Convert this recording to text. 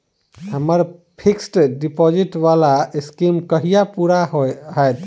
हम्मर fixed deposit वला scheme कहिया पूरा हैत?